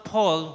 Paul